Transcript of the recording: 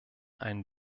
einen